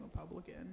Republican